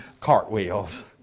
cartwheels